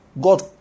God